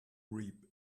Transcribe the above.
reap